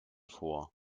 vor